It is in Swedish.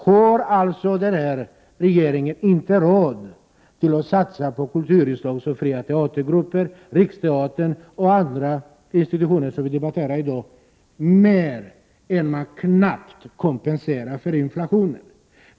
Har denna regering inte råd att satsa på kulturinslag som fria teatergrupper, Riksteatern och andra institutioner som vi debatterar idag, mer än vad som motsvarar en knapp kompensation för inflationen?